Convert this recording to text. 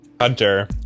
Hunter